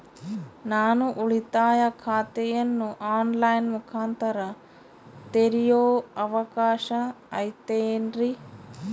ನಾನು ಉಳಿತಾಯ ಖಾತೆಯನ್ನು ಆನ್ ಲೈನ್ ಮುಖಾಂತರ ತೆರಿಯೋ ಅವಕಾಶ ಐತೇನ್ರಿ?